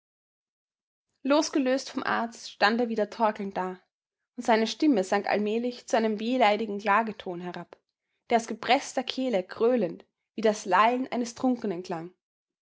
losgelöst vom arzt stand er wieder torkelnd da und seine stimme sank allmählich zu einem wehleidigen klageton herab der aus gepreßter kehle gröhlend wie das lallen eines trunkenen klang